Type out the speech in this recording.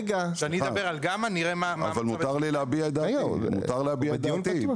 אפשר להזמין באינטרנט.